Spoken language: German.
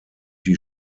die